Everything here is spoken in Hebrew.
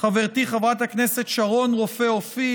חברתי חברת הכנסת שרון רופא אופיר,